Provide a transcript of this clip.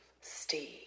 Steve